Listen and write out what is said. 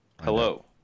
Hello